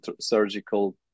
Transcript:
surgical